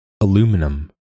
Aluminum